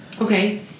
Okay